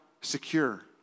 secure